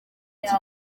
iki